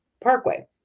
parkway